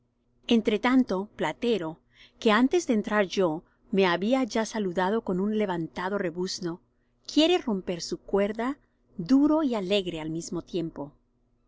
distinción entretanto platero que antes de entrar yo me había ya saludado con un levantado rebuzno quiere romper su cuerda duro y alegre al mismo tiempo